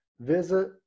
visit